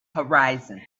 horizon